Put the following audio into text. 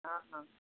অঁ অঁ